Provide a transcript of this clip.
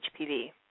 HPV